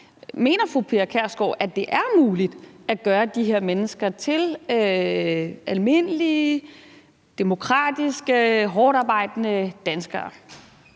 Mener fru Pia Kjærsgaard, at det er muligt at gøre de her mennesker til almindelige, demokratiske, hårdtarbejdende danskere?